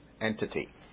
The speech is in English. entity